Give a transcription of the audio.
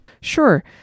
Sure